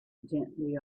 gently